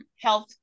health